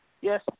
Yes